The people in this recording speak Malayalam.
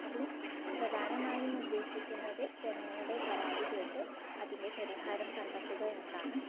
അതിൽ പ്രധാനമായും ഉദ്ദേശിക്കുന്നത് ജനങ്ങളുടെ പരാതി കേട്ട് അതിൻ്റെ പരിഹാരം കണ്ടെത്തുക എന്നതാണ്